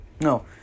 No